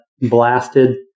blasted